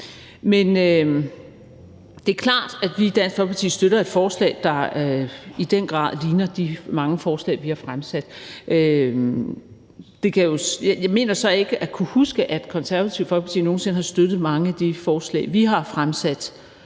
Det er klart, at vi i Dansk Folkeparti støtter et forslag, der i den grad ligner de mange forslag, vi har fremsat. Jeg mener så ikke at kunne huske, at Det Konservative Folkeparti nogen sinde har støttet nogen af de mange forslag, vi har fremsat